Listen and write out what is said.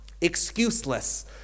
excuseless